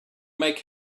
make